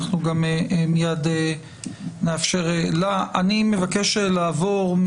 מיד נאפשר גם לה לדבר.